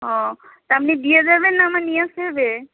ও তা আমনি দিয়ে যাবেন না আমার নিয়ে আসতে হবে